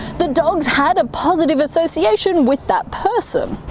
the dogs had a positive association with that person.